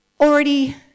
already